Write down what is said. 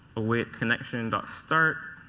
await connection start.